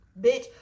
bitch